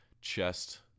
chest